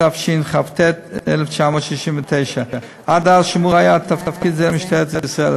התשכ"ט 1969. עד אז שמור היה תפקיד זה למשטרת ישראל.